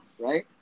right